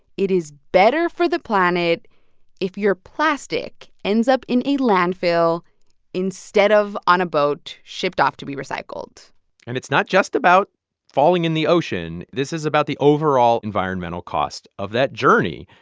it is better for the planet if your plastic ends up in a landfill instead of on a boat shipped off to be recycled and it's not just about falling in the ocean. this is about the overall environmental cost of that journey.